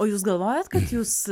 o jūs galvojot kad jūs